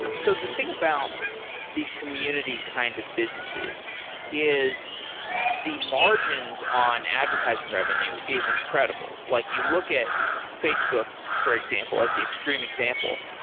so the thing about these community kind of businesses is the margins on advertising revenue is incredible. like you look at facebook for example as the extreme example,